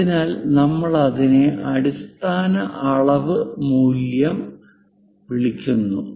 അതിനാൽ നമ്മൾ അതിനെ അടിസ്ഥാന അളവ് മൂല്യമായി വിളിക്കുന്നു